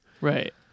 Right